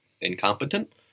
Incompetent